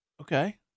Okay